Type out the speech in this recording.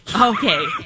Okay